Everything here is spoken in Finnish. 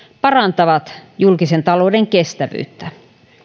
parantavat julkisen talouden kestävyyttä